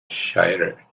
shire